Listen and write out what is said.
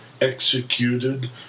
executed